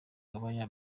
bambaye